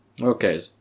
Okay